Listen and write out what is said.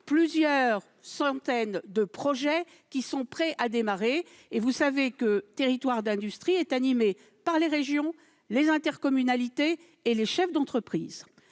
plusieurs centaines de projets qui sont prêts à démarrer. Et, vous le savez, Territoires d'industrie est animé par les régions, par les intercommunalités et par les chefs d'entreprise.